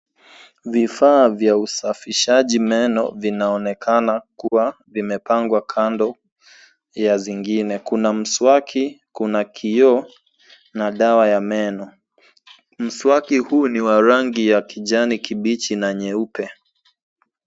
Vifaa vya usafishaji meno vinaonekana kuwa vimepangwa kando ya zingine, kuna mswaki, kuna kioo na dawa ya meno. Mswaki huu ni wa rangi ya kijani kibichi na nyeupe.